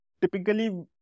typically